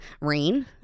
rain